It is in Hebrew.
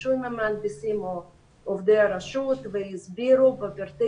נפגשו עם המהנדסים או עובדי הרשות והסבירו בפרטי